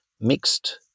mixed